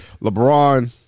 LeBron